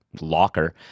locker